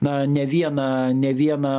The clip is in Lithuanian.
na ne vieną ne vieną